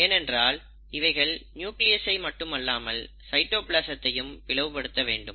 ஏனென்றால் இவைகள் நியூக்ளியஸ் ஐ மட்டுமல்லாமல் சைட்டோபிளாசத்தையும் பிளவு படுத்த வேண்டும்